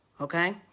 Okay